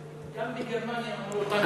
אגב, גם בגרמניה אמרו אותם דברים.